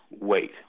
wait